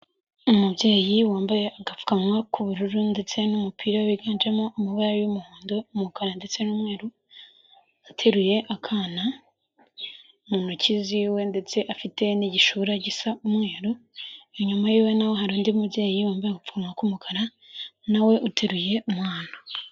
Umubyeyi wambaye agapfukamunwa k'ubururu ndetse n'umupira wiganjemo amabara y'umuhondo, umukara ndetse n'umweru, ateruye akana mu ntoki ziwe ndetse afite n'igishura gisa umweru. Inyuma yiwe na ho hari undi mubyeyi wambaye agapfukamunwa k'umukara na we uteruye umwana.